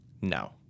No